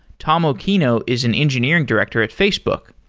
tom occhino is an engineering director at facebook.